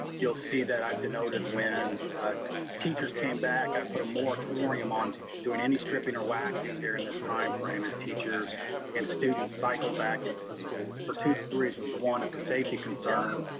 you'll see that i've denoted when teachers came back, i put a moratorium on doing any stripping or waxing during and this timeframe as teachers and students cycled back into the schools. for two reasons, one it's a safety concern,